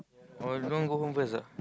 or you don't want go home first ah